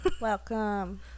Welcome